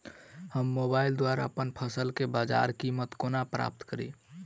हम मोबाइल द्वारा अप्पन फसल केँ बजार कीमत कोना प्राप्त कड़ी?